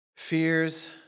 Fears